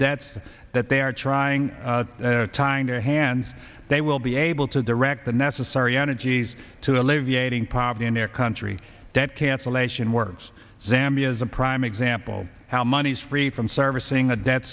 debts that they are trying tying their hands they will be able to direct the necessary energies to alleviating poverty in their country debt cancellation works zambia is a prime example how money is free from servicing th